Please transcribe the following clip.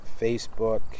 Facebook